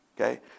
Okay